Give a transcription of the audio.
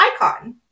icon